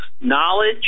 Knowledge